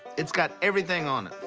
it's got everything on it.